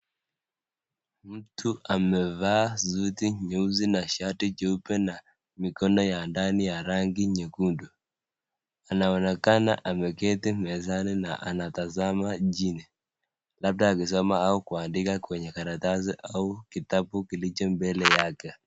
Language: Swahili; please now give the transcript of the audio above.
Mtu amevaa suti nyeusi na shati nyeupe na mikono ya ndani ya rangi nyekundu. Anaonekana ameketi mezani na anatazama chini labda akisoma au kuandika kwenye karatasi au kitabu kilicho mbele yake.